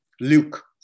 Luke